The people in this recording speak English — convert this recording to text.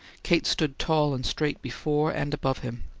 kate stood tall and straight before and above him